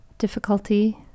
difficulty